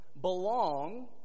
belong